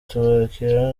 tubakira